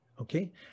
Okay